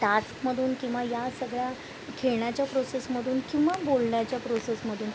टास्कमधून किंवा या सगळ्या खेळण्याच्या प्रोसेसमधून किंवा बोलण्याच्या प्रोसेसमधून